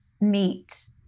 meet